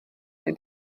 wnei